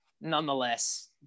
nonetheless